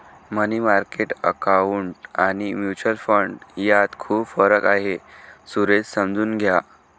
मनी market account आणि mutual fund यात खूप फरक आहे, सुरेश समजून घ्या